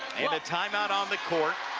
in a timeout on the court